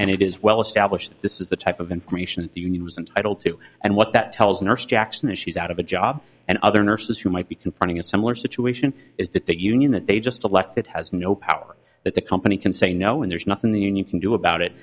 and it is well established this is the type of information the union was entitled to and what that tells nurse jackson that she's out of a job and other nurses who might be confronting a similar situation is that that union that they just elected has no power that the company can say no and there's nothing the union can do about it